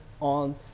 on